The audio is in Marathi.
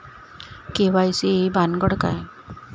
के.वाय.सी ही भानगड काय?